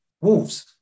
wolves